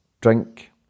drink